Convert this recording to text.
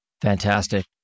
Fantastic